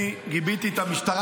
אני גיביתי את המשטרה.